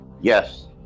Yes